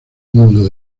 mundo